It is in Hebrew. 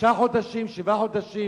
שישה חודשים, שבעה חודשים